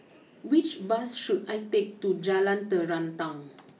which bus should I take to Jalan Terentang